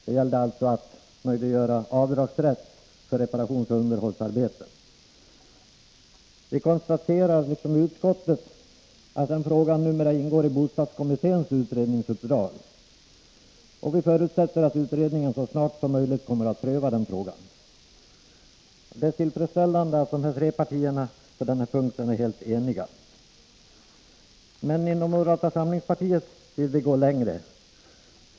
Det gällde alltså att möjliggöra rätt till avdrag för reparationsoch underhållsarbeten. Vi konstaterar liksom utskottet att denna fråga numera ingår i bostadskommitténs utredningsuppdrag, och vi förutsätter att utredningen så snart som möjligt kommer att pröva frågan. Det är tillfredsställande att de tre partierna är helt eniga på denna punkt. Inom moderata samlingspartiet vill vi emellertid gå längre.